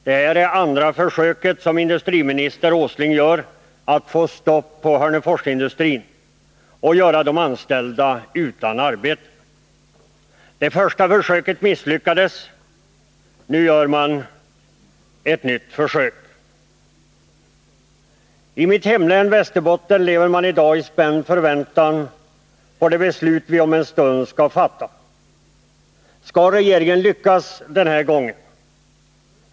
Det här är andra försöket som industriminister Åsling gör att få stopp på Hörneforsindustrin och göra de anställda utan arbete. Det första försöket misslyckades. Nu gör man ett nytt. I mitt hemlän Västerbotten lever många i dag i spänd förväntan på det beslut vi om en stund skall fatta. Skall regeringen lyckas den här gången?